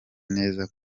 neza